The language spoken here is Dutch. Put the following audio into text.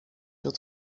het